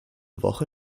woche